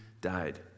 died